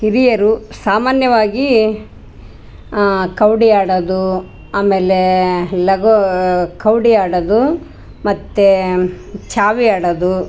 ಹಿರಿಯರು ಸಾಮಾನ್ಯವಾಗಿ ಕವಡಿ ಆಡೋದು ಆಮೇಲೆ ಲಗೋ ಕವಡಿ ಆಡೋದು ಮತ್ತು ಚಾವಿ ಆಡೋದು